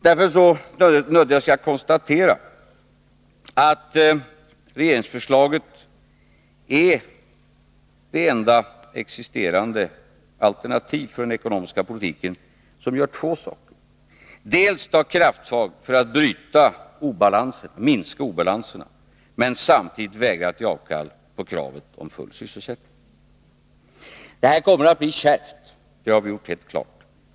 Därför nödgas jag konstatera att regeringsförslaget är det enda existerande alternativet för den ekonomiska politiken. Det innebär två saker — dels att man tar krafttag för att minska obalanserna, dels att man samtidigt vägrar att ge avkall på kravet på full sysselsättning. Det här kommer att bli kärvt, det har vi gjort helt klart.